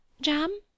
Jam